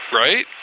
Right